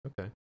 Okay